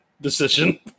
decision